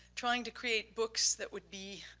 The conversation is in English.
trying to create books that would be